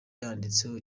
yanditseho